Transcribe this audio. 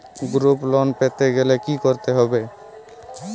Group loan পেতে গেলে কি করতে হবে?